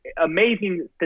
amazing